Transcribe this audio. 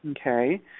okay